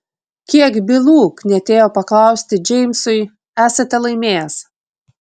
kiek bylų knietėjo paklausti džeimsui esate laimėjęs